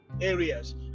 areas